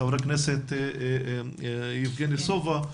ח"כ יבגני סובה,